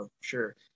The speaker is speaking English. Sure